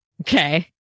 Okay